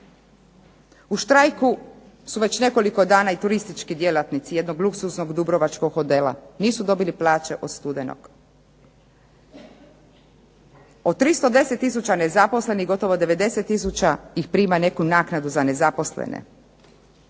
U štrajku su već nekoliko dana i turistički djelatnici jednog luksuznog dubrovačkog hotela, nisu dobili plaće od studenog. Od 310 tisuća nezaposlenih gotovo 90 tisuća ih prima neku naknadu za nezaposlene,